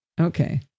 Okay